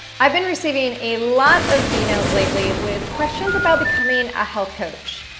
i've been receiving a lot of emails lately with questions about becoming a health coach.